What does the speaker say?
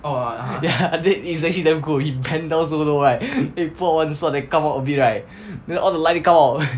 ya I te~ it's actually damn cool he bend down so low right then he pull out one sword then come out a bit right then all the lightning come out